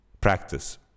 practice